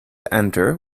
enter